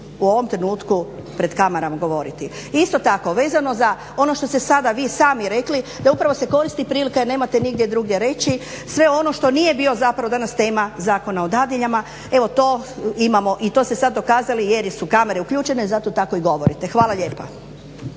u ovom trenutku pred kamerama govoriti. Isto tako vezano za ono što ste sada vi sami rekli, da upravo se koristi prilika jer ne morate nigdje drugdje reći, sve ono što nije bio zapravo danas tema Zakona o dadiljama, evo to imamo i to ste sad dokazali jer su kamere uključene, zato tako i govorite. Hvala lijepa.